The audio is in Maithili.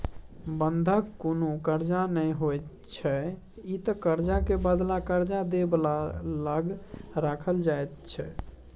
बंधक कुनु कर्जा नै होइत छै ई त कर्जा के बदला कर्जा दे बला लग राखल जाइत छै